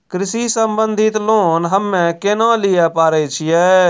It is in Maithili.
कृषि संबंधित लोन हम्मय केना लिये पारे छियै?